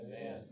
Amen